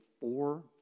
four